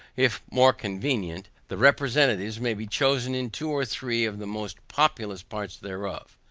if more convenient, the representatives may be chosen in two or three of the most populous parts thereof.